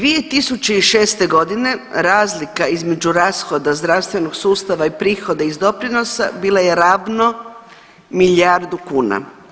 2006. g. razlika između rashoda zdravstvenog sustava i prihoda iz doprinosa bila je ravno milijardu kuna.